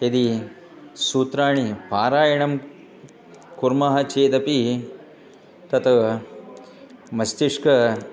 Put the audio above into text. यदि सूत्राणि पारायणं कुर्मः चेदपि तत् मस्तिश्के